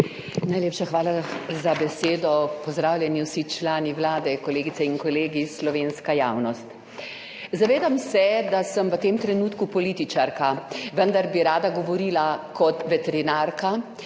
Najlepša hvala za besedo. Pozdravljeni vsi člani Vlade, kolegice in kolegi, slovenska javnost! Zavedam se, da sem v tem trenutku političarka, vendar bi rada govorila kot veterinarka,